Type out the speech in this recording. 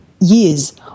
years